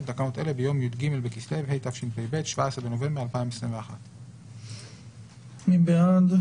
תקנו אלה ביום י"ג בכסלו התשפ"ב (17 בנובמבר 2021).". מי בעד?